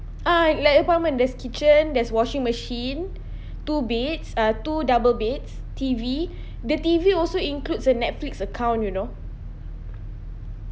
ah like apartment there's kitchen there's washing machine two beds uh two double beds T_V the T_V also includes a netflix account you know